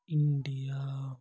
India